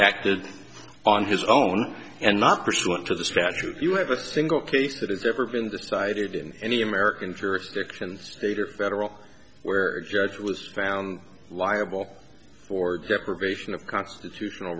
acted on his own and not pursuant to the statute you have a single case that has ever been decided in any american jurisdictions state or federal where judge was found liable for deprivation of constitutional